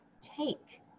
take